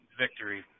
victory